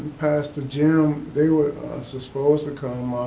pastor jim, they were supposed to come,